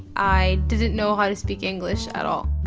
i didn't know how to speak english at all.